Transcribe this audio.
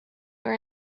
were